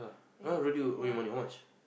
!huh! Rodi owe you money how much